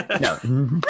No